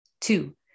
Two